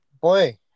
boy